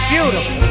Beautiful